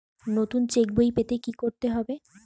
নতুন চেক বই পেতে কী করতে হবে?